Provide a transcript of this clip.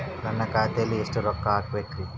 ನಾನು ಖಾತೆಯಲ್ಲಿ ಎಷ್ಟು ರೊಕ್ಕ ಹಾಕಬೇಕ್ರಿ?